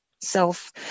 self